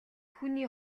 хүний